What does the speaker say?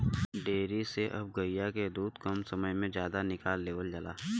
dairy से अब गइया से दूध कम समय में जादा निकाल लेवल जाला